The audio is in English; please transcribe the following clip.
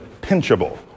pinchable